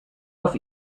auf